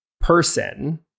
person